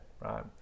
right